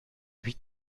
huit